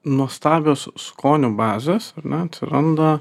nuostabios skonio bazės ar ne atsiranda